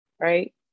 right